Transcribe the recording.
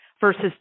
versus